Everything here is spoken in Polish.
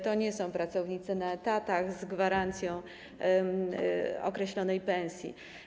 To nie są pracownicy na etatach, z gwarancją określonej pensji.